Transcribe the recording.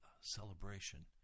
celebration